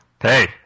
Hey